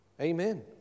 Amen